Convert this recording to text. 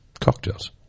cocktails